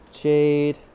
Jade